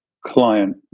client